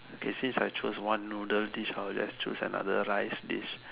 okay since I chose one noodle dish I will choose another rice dish